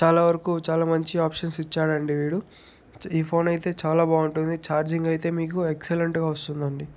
చాలా వరకూ చాలా మంచి ఆప్షన్స్ ఇచ్చాడండి వీడు చ ఈ ఫోన్ అయితే చాలా బాగుంటుంది ఛార్జింగ్ అయితే మీకు ఎక్సలెంట్గా వస్తుందండి